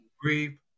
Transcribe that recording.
grief